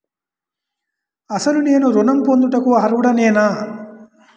అసలు నేను ఋణం పొందుటకు అర్హుడనేన?